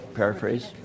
paraphrase